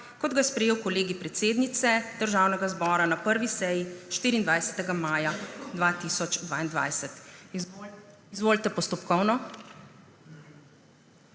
kot ga je sprejel Kolegij predsednice Državnega zbora na prvi seji 24. maja 2022. Izvolite postopkovno.